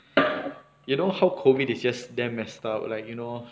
you know how COVID is just damn messed up like you know